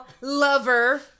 lover-